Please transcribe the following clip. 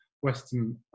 Western